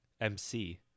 MC